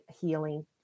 healing